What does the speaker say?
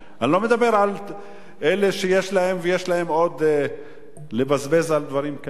אני לא מדבר על אלה שיש להם ויש להם עוד לבזבז על דברים כאלה.